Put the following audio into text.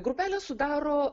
grupelę sudaro